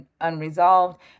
unresolved